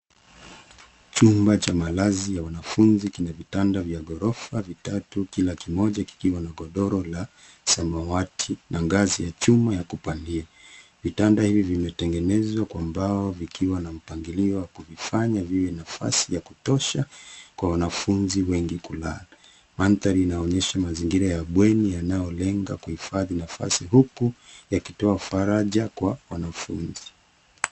Chumba cha malazi ya wanafunzi kina vitanda vya ghorofa vitatu, kila kimoja kikiwa na godora la samawati na ngazi ya chuma ya kupandia. Vitanda hivi vimetengenezwa kwa mbao vikiwa na mpangilio wa kuvifanya viwe na nafasi ya kutosha kwa wanafunzi wengi kulala. Mandhari inaonyesha mazingira ya bweni yanayolenga kuhifadhi nafasi huku yakitoa faraja kwa wanafunzi.